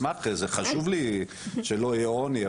זה חשוב לי שלא יהיה עוני,